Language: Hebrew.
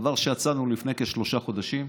דבר שיצאנו אליו לפני חמישה חודשים,